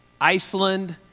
Iceland